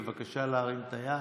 בבקשה להרים את היד.